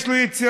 יש לו יציאות,